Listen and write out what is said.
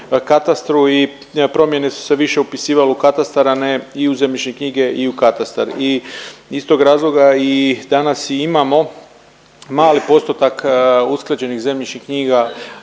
i promjene su se više upisivalo u katastar, a ne i u zemljišne knjige i u katastar. I iz tog razloga i danas i imamo mali postotak usklađenih zemljišnih knjiga